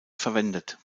verwendet